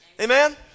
Amen